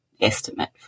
estimate